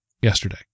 yesterday